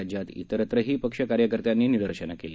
राज्यात तिरत्रही पक्षकार्यकर्त्यांनी निदर्शनं केली